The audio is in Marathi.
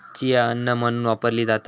चिया अन्न म्हणून वापरली जाता